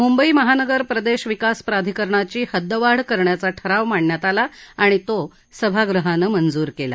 मुंबई महानगर प्रदेश विकास प्राधिकरणाची हद्दवाढ करण्याचा ठराव मांडण्यात आला आणि तो सभागृहाने मंजूर केला